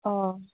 अ